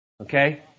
Okay